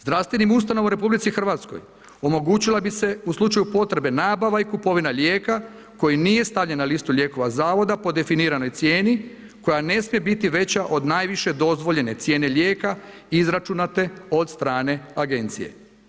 Zdravstvenim ustanova u RH omogućila bi se u slučaju potrebe nabava i kupovina lijeka koji nije stavljen na listu lijekova Zavoda po definiranoj cijeni koja ne smije biti veća od najviše dozvoljene cijene lijeka izračunate od strane Agencije.